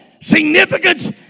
significance